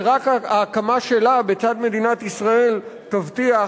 שרק ההקמה שלה בצד מדינת ישראל תבטיח,